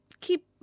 keep